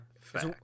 fact